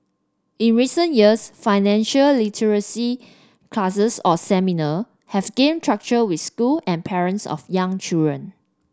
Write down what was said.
in recent years financial literacy classes or seminar have gained traction with school and parents of young children